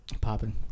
popping